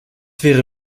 wäre